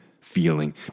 feeling